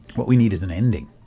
what we need is an ending.